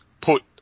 put